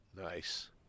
Nice